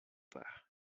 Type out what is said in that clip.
père